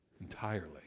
entirely